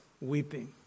weeping